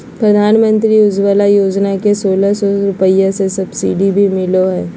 प्रधानमंत्री उज्ज्वला योजना से सोलह सौ रुपया के सब्सिडी भी मिलो हय